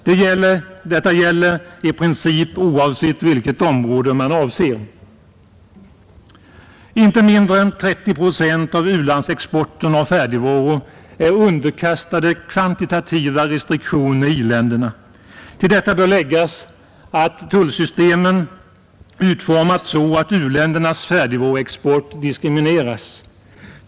Detta gäller i princip oavsett vilket område man avser. Inte mindre än 30 procent av u-landsexporten av färdigvaror är underkastade kvantitativa restriktioner i i-länderna. Till detta bör läggas att tullsystemen utformats så att u-ländernas färdigvaruexport diskrimi neras.